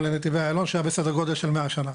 לנתיבי איילון והאירוע הזה היה בסדר של 100 שנה